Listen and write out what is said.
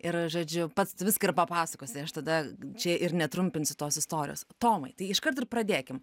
ir žodžiu pats viską ir papasakosi aš tada čia ir netrumpinsiu tos istorijos tomai tai iškart ir pradėkim